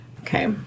Okay